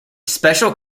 special